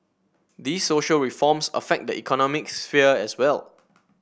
these social reforms affect the economic sphere as well